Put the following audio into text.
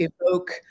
evoke